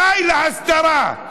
די להסתרה.